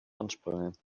ansprangen